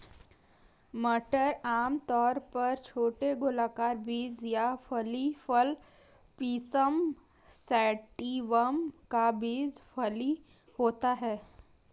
मटर आमतौर पर छोटे गोलाकार बीज या फली फल पिसम सैटिवम का बीज फली होता है